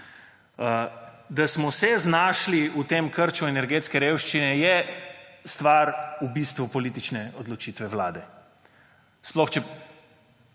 Da smo se znašli v tem krču energetske revščine, je stvar politične odločitve Vlade. Sploh, če